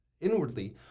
inwardly